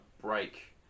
break